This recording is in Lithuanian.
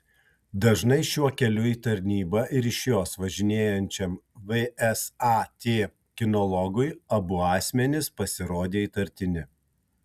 dažnai šiuo keliu į tarnybą ir iš jos važinėjančiam vsat kinologui abu asmenys pasirodė įtartini